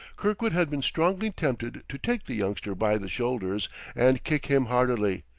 kirkwood had been strongly tempted to take the youngster by the shoulders and kick him heartily,